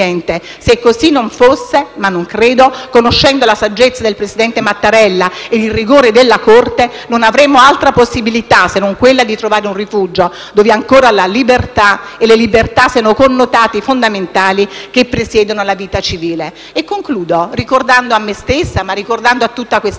Se così non fosse, ma non credo conoscendo la saggezza del presidente Mattarella e il rigore della Corte, non avremo altra possibilità se non quella di trovare un rifugio dove ancora le libertà siano i connotati fondamentali che presiedono alla vita civile. Ministro Bonafede, concludo ricordando a me stessa e a tutta questa